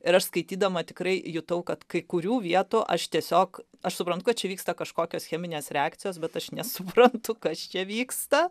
ir aš skaitydama tikrai jutau kad kai kurių vietų aš tiesiog aš suprantu kad čia vyksta kažkokios cheminės reakcijos bet aš nesupratau kas čia vyksta